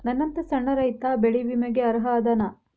ನನ್ನಂತ ಸಣ್ಣ ರೈತಾ ಬೆಳಿ ವಿಮೆಗೆ ಅರ್ಹ ಅದನಾ?